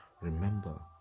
Remember